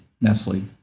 Nestle